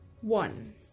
one